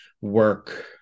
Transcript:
work